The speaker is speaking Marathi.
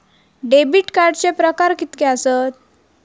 डेबिट कार्डचे प्रकार कीतके आसत?